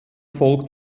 folgt